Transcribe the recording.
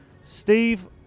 Steve